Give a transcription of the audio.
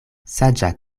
saĝa